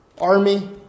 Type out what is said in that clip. army